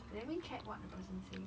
let me check what the person say